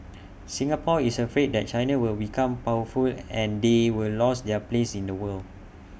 Singapore is afraid that China will become powerful and they will lost their place in the world